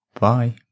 Bye